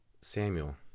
Samuel